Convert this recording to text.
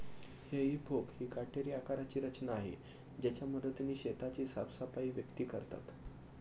हेई फोक ही काटेरी आकाराची रचना आहे ज्याच्या मदतीने शेताची साफसफाई व्यक्ती करतात